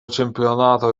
čempionato